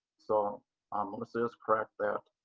so melissa is correct that